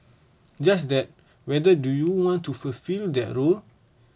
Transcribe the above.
just that whether do you want to fulfil their role